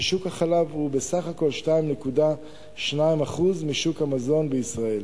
שוק החלב הוא בסך הכול 2.2% משוק המזון בישראל.